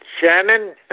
Shannon